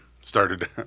started